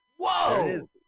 whoa